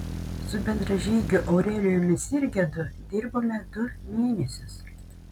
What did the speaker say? su bendražygiu aurelijumi sirgedu dirbome du mėnesius